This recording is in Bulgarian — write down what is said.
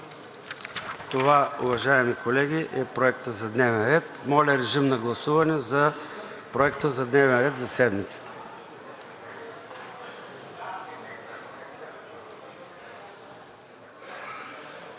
Това, уважаеми колеги, е Проектът за дневен ред. Моля, режим на гласуване за Проекта на дневен ред за седмицата.